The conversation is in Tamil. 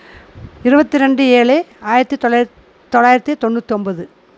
இருபத்து ரெண்டு ஏழு ஆயிரத்தி தொளாய தொள்ளாயிரத்தி தொண்ணூற்று ஒம்பது